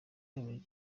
kabiri